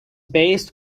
based